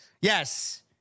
Yes